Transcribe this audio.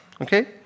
Okay